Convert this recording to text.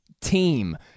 team